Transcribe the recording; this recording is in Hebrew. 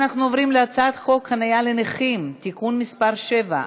אנחנו עוברים להצעת חוק חניה לנכים (תיקון מס' 7),